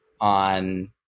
on